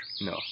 No